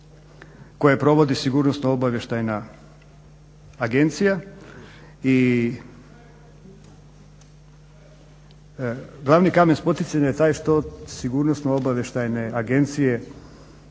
koju provodi Sigurnosno-obavještajna agencija i glavni kamen spoticanja je taj što sigurnosno-obavještajne agencije